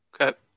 Okay